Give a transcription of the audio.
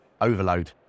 overload